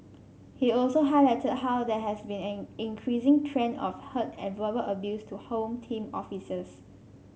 he also highlighted how there has been an increasing trend of hurt and verbal abuse to Home Team officers